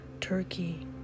Turkey